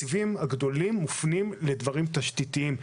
התקציבים הגדולים מופנים לדברים תשתיתיים.